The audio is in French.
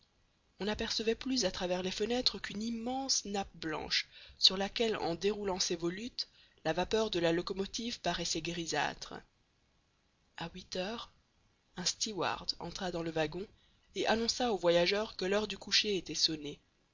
on n'apercevait plus à travers les fenêtres qu'une immense nappe blanche sur laquelle en déroulant ses volutes la vapeur de la locomotive paraissait grisâtre a huit heures un steward entra dans le wagon et annonça aux voyageurs que l'heure du coucher était sonnée